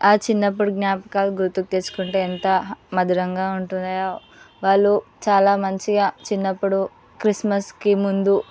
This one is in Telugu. ఆ చిన్నప్పుడి జ్ఞాపకాలు గుర్తుకుతెచ్చుకుంటే ఎంత మధురంగా ఉంటున్నాయో వాళ్ళు చాలా మంచిగా చిన్నప్పుడు క్రిస్మస్కి ముందు